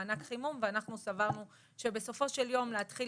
מענק חימום ואנחנו סברנו שבסופו של יום להתחיל